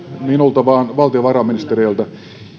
minulta vaan valtiovarainministeriöltä